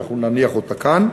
אנחנו נניח אותה כאן.